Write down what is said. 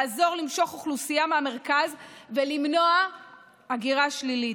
לעזור למשוך אוכלוסייה מהמרכז ולמנוע הגירה שלילית.